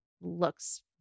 looks